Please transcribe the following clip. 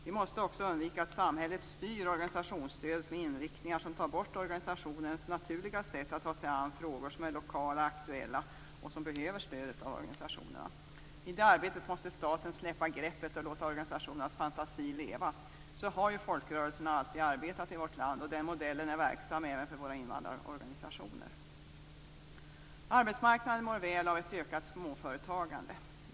Vi måste också undvika att samhället styr organisationsstödet med inriktningar som tar bort organisationernas naturliga sätt att ta sig an frågor som är lokala och aktuella och som behöver stödet av organisationen. I det arbetet måste staten släppa greppet och låta organisationernas fantasi leva. Så har ju folkrörelserna alltid arbetat i vårt land, och den modellen är verksam även för våra invandrarorganisationer. Arbetsmarknaden mår väl av ett ökat småföretagande.